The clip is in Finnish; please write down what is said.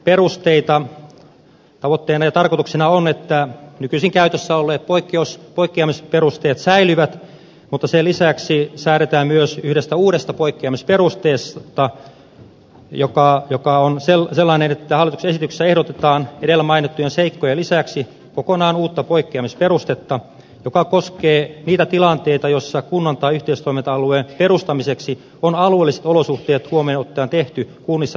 tavoitteena ja tarkoituksena on että nykyisin käytössä olleet poikkeamisperusteet säilyvät mutta sen lisäksi säädetään myös yhdestä uudesta poikkeamisperusteesta joka on sellainen että hallituksen esityksessä ehdotetaan edellä mainittujen seikkojen lisäksi kokonaan uutta poikkeamisperustetta joka koskee niitä tilanteita joissa kunnan tai yhteistoiminta alueen perustamiseksi on alueelliset olosuhteet huomioon ottaen tehty kunnissa riittävät päätökset